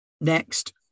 Next